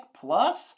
plus